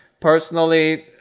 personally